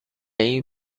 این